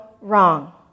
wrong